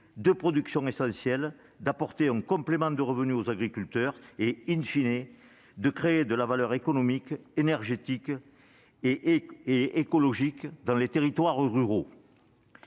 deux productions essentielles, d'apporter un complément de revenus aux agriculteurs et,, de créer de la valeur économique, énergétique et écologique dans les territoires ruraux.